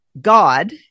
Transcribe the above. God